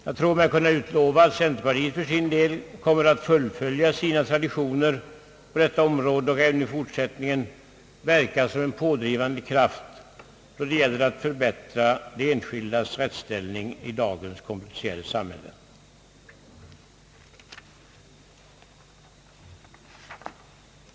Jag tror mig kunna utlova att centerpartiet för sin del kommer att fullfölja sina traditioner på detta område och även i fortsättningen verka som en pådrivande kraft då det gäller att förbättra de en skildas rättsställning i dagens komplicerade samhälle.